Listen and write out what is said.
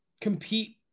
compete